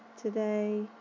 today